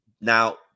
Now